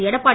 Edappadi